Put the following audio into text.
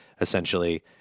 essentially